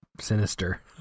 sinister